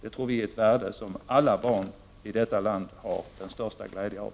Det tror vi är ett värde som alla barn i detta land har den största glädje av.